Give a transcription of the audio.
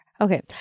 Okay